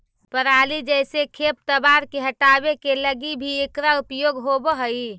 पराली जईसे खेप तवार के हटावे के लगी भी इकरा उपयोग होवऽ हई